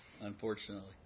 unfortunately